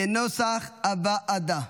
כנוסח הוועדה.